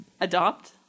Adopt